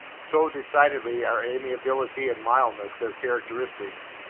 so decidedly are amiability and mildness their characteristics,